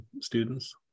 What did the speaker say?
students